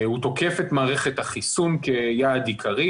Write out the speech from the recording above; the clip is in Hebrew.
הוא תוקף את מערכת החיסון כיעד עיקרי,